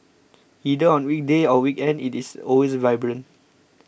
either on weekday or weekend it is always vibrant